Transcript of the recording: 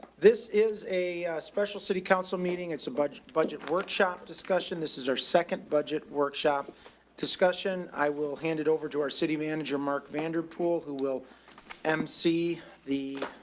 this is a special city council meeting. it's a budget budget workshop discussion. this is our second budget workshop discussion. i will hand it over to our city manager, mark vanderpool who will m c the